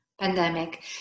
pandemic